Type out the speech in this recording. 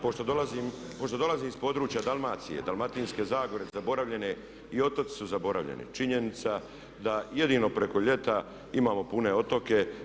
Pošto dolazim iz područja Dalmacije, Dalmatinske zagore, zaboravljene i otoci su zaboravljeni činjenica da jedino preko ljeta imamo pune otoke.